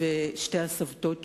ושתי הסבתות שלי.